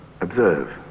observe